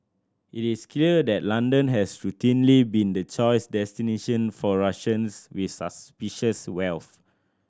it is clear that London has routinely been the choice destination for Russians with suspicious wealth